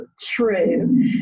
true